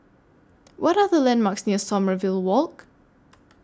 What Are The landmarks near Sommerville Walk